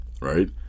right